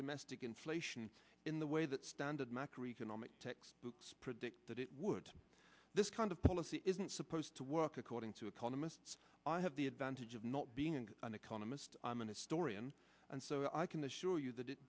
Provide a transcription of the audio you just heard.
domestic inflation in the way that standard macro economic textbooks predict that it would this kind of policy isn't supposed to work accord to economists i have the advantage of not being an economist i'm an historian and so i can assure you that it